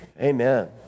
Amen